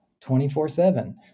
24-7